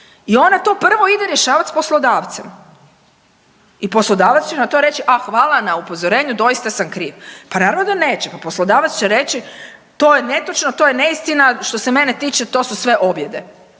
i ona to prvo ide rješavat s poslodavcem i poslodavac će na to reć, a hvala na upozorenju doista sam kriv. Pa naravno da neće, pa poslodavac će reći to je netočno, to je neistina što se mene tiče to su sve objede.